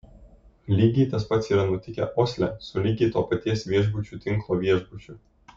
lygiai tas pats yra nutikę osle su lygiai to paties viešbučių tinklo viešbučiu